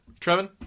Trevin